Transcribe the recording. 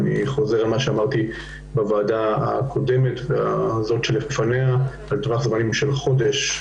אני חוזר על מה שאמרתי בוועדה הקודמת ולפניה בטווח זמנים של חודש,